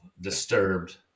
Disturbed